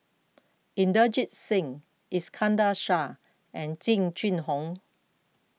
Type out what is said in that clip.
Inderjit Singh Iskandar Shah and Jing Jun Hong